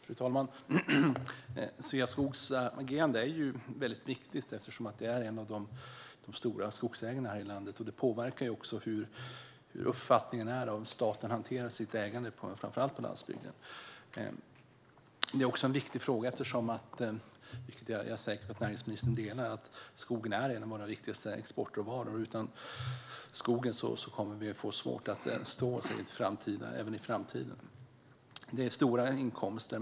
Fru talman! Sveaskogs agerande är viktigt eftersom de är en av de stora skogsägarna här i landet. Det påverkar också uppfattningen om hur staten hanterar sitt ägande, framför allt på landsbygden. Det är också en viktig fråga eftersom vi genom skogen har en av våra viktigaste exportråvaror, en syn som jag är säker på att näringsministern delar. Utan skogen kommer vi att få svårt att stå oss i framtiden. Den innebär stora inkomster.